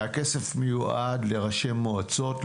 והכסף מיועד לראשי מועצות,